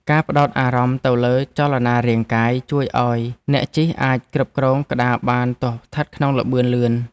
ការផ្ដោតអារម្មណ៍ទៅលើចលនារាងកាយ ជួយឱ្យអ្នកជិះអាចគ្រប់គ្រងក្ដារបានទោះស្ថិតក្នុងល្បឿនលឿន។